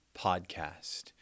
podcast